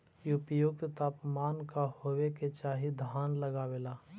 उपयुक्त तापमान का होबे के चाही धान लगावे ला?